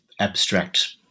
abstract